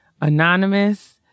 anonymous